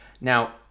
Now